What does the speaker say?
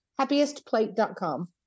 happiestplate.com